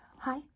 Hi